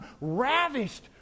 ravished